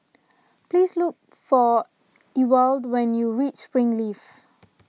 please look for Ewald when you reach Springleaf